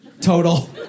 total